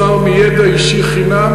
מוסיף השר מידע אישי חינם,